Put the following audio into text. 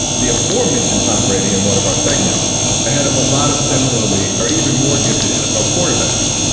the aforementioned tom brady. and one of our segments ahead of a lot of similarly are even more gifted nfl quarterbacks.